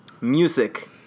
Music